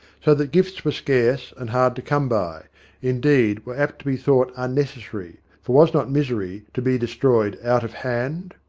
so that gifts were scarce and hard to come by a indeed, were apt to be thought unnecessary, for was not misery to be destroyed out of hand?